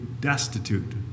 destitute